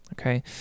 okay